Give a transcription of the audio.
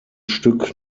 stück